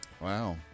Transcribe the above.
Wow